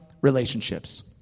relationships